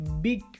big